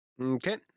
Okay